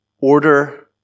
order